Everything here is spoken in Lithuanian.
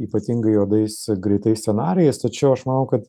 ypatingai juodais greitais scenarijais tačiau aš manau kad